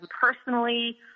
personally